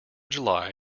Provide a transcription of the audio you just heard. july